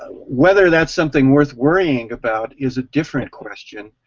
whether that's something worth worrying about is a different question.